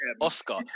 Oscar